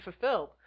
fulfilled